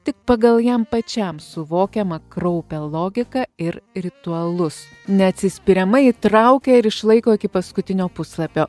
tik pagal jam pačiam suvokiamą kraupią logiką ir ritualus neatsispiriamai įtraukia ir išlaiko iki paskutinio puslapio